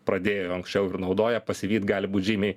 pradėjo anksčiau ir naudoja pasivyt gali būt žymiai